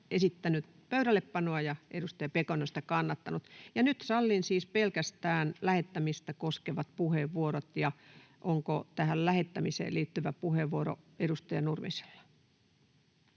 lähettämistä, ja edustaja Pekonen on sitä kannattanut. Nyt sallin pelkästään lähettämistä koskevat puheenvuorot. — Onko tähän lähettämiseen liittyvä puheenvuoro edustaja Nurmisella?